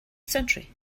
century